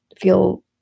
feel